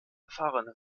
erfahrene